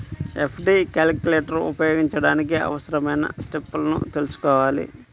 FD calculator ఉపయోగించడానికి అవసరమైన స్టెప్పులను తెల్సుకోవాలి